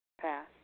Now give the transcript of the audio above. Pass